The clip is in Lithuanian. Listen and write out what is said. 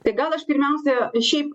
tai gal aš pirmiausia šiaip